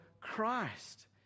Christ